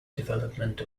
development